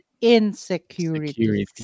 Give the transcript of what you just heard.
insecurity